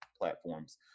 platforms